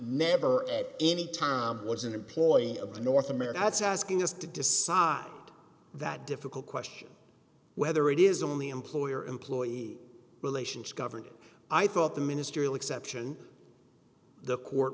never at any time was an employee of the north america that's asking us to decide that difficult question whether it is only employer employee relationship government i thought the ministerial exception the court